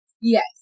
Yes